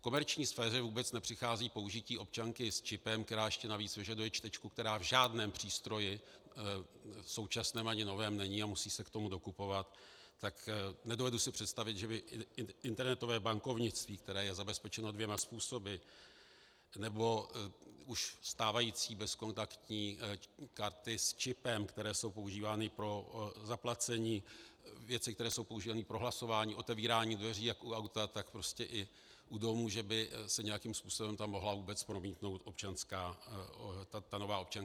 V komerční sféře vůbec nepřichází použití občanky s čipem, která ještě navíc vyžaduje čtečku, která v žádném přístroji současném ani novém není a musí se k tomu dokupovat, tak nedovedu si představit, že by internetové bankovnictví, které je zabezpečeno dvěma způsoby, nebo už stávající bezkontaktní karty s čipem, které jsou používány pro zaplacení, věci, které jsou používány pro hlasování, otevírání dveří jak u auta, tak i u domu, že by se nějakým způsobem tam mohla vůbec promítnout nová občanka s čipem.